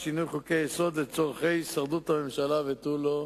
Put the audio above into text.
ושינוי חוקי-יסוד נעשה לצורכי הישרדות הממשלה ותו לא,